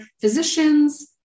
physicians